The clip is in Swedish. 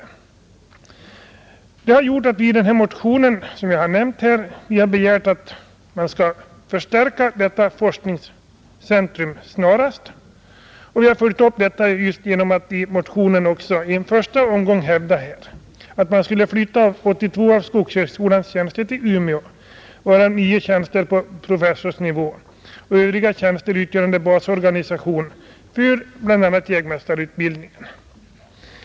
Det har gjort att vi i den motion som jag nämnt har begärt att detta forskningscentrum snarast skall förstärkas. Vi motionärer har följt upp detta genom att i motionen i en första omgång hävda att man skulle flytta 82 av skogshögskolans tjänster till Umeå, varav 9 tjänster på professorsnivå och övriga tjänster utgörande basorganisation för bl.a. jägmästarutbildningen.